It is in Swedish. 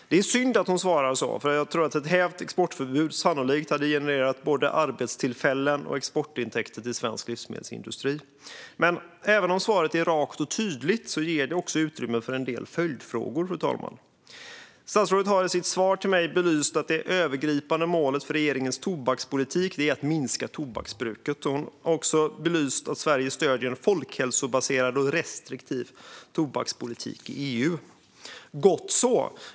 Det är synd att hon svarar så. Jag tror att ett hävt exportförbud sannolikt hade genererat både arbetstillfällen och exportintäkter till svensk livsmedelsindustri. Men även om svaret är rakt och tydligt ger det också utrymme för en del följdfrågor. Statsrådet har i sitt svar till mig belyst att det övergripande målet för regeringens tobakspolitik är att minska tobaksbruket. Hon har också belyst att Sverige stöder en folkhälsobaserad och restriktiv tobakspolitik i EU. Det är gott så.